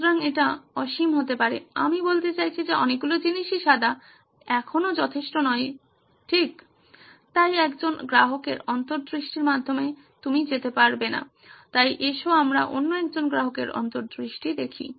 সুতরাং এটি অসীম হতে পারে আমি বলতে চাইছি যে অনেকগুলি জিনিসই সাদা এখনও যথেষ্ট নয় ঠিক তাই একজন গ্রাহকের অন্তর্দৃষ্টির মাধ্যমে আপনি যেতে পারবেন না তাই আসুন আমরা অন্য একজন গ্রাহকের অন্তর্দৃষ্টি দেখি